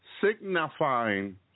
signifying